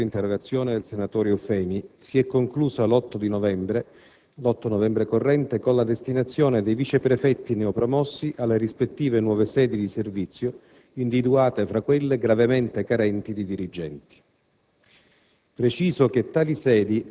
la procedura cui fa riferimento l'interrogazione del senatore Eufemi si è conclusa l'8 novembre corrente con la destinazione dei viceprefetti neopromossi alle rispettive nuove sedi di servizio, individuate fra quelle gravemente carenti di dirigenti.